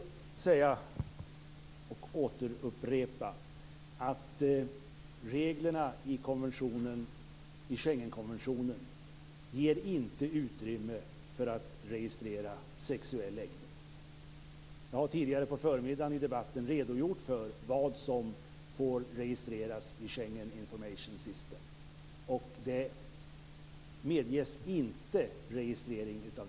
Låt mig också upprepa att reglerna i Schengenkonventionen inte ger utrymme för att registrera sexuell läggning. Jag har tidigare på förmiddagen i debatten redogjort för vad som får registreras i Schengen Information System, och den typen av registrering medges inte.